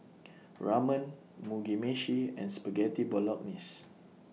Ramen Mugi Meshi and Spaghetti Bolognese